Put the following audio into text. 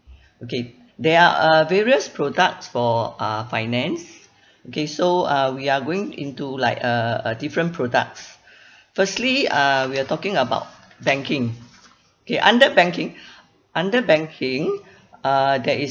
okay there are uh various products for uh finance okay so uh we are going into like uh uh different products firstly uh we are talking about banking K under banking under banking uh there is